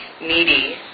needy